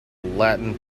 latin